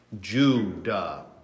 Judah